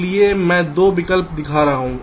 इसलिए मैं 2 विकल्प दिखा रहा हूं